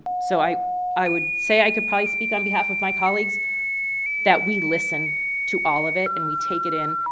so i i would say i could probably speak on behalf of my colleagues that we listen to all of it, and we take it in,